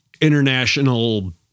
international